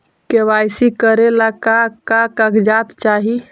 KYC करे ला का का कागजात चाही?